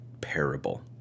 parable